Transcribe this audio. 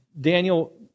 Daniel